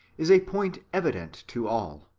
is a point evident to all.